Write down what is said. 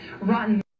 rotten